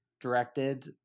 directed